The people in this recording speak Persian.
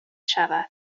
شود